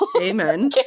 Amen